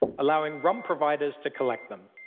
allowing run providers to collect them.